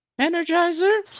Energizer